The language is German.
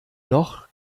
noch